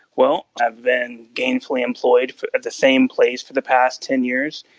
well, i've been gainfully employed at the same place for the past ten years.